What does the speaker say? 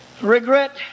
Regret